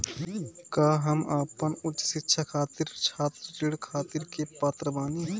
का हम अपन उच्च शिक्षा खातिर छात्र ऋण खातिर के पात्र बानी?